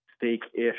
steak-ish